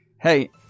Hey